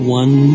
one